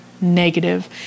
negative